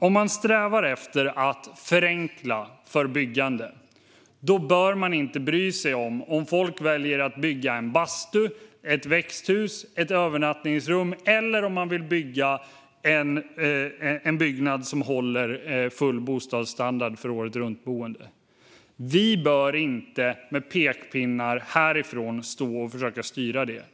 Om man strävar efter att förenkla för byggande bör man inte bry sig om ifall folk väljer att bygga en bastu, ett växthus, ett övernattningsrum eller en byggnad som håller full bostadsstandard för åretruntboende. Vi bör inte stå och försöka styra det härifrån med pekpinnar.